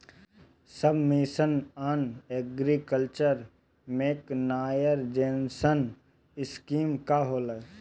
सब mission on agriculture mechanisation scheme का होला?